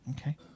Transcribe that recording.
okay